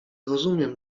rozumiem